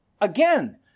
Again